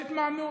יש התמהמהות.